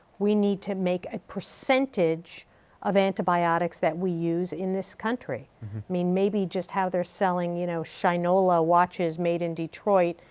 we need to make a percentage of antibiotics that we use in this country. i mean maybe just how they're selling you know shinola watches made in detroit.